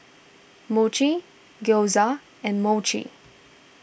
Mochi Gyoza and Mochi